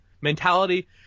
mentality